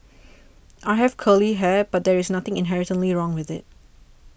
I have curly hair but there is nothing inherently wrong with it